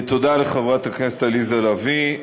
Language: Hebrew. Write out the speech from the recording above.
תודה לחברת הכנסת עליזה לביא.